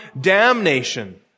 damnation